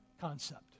concept